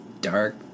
dark